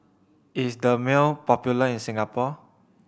is Dermale popular in Singapore